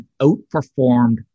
outperformed